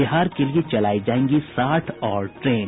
बिहार के लिए चलायी जायेंगी साठ और ट्रेन